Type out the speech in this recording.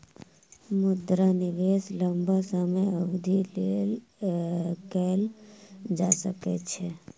मुद्रा निवेश लम्बा समय अवधिक लेल कएल जा सकै छै